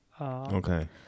Okay